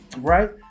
right